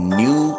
new